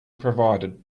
provided